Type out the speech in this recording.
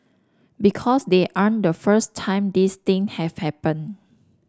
because they aren't the first time these thing have happened